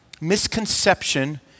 misconception